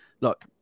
look